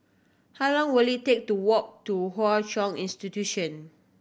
how long will it take to walk to Hwa Chong Institution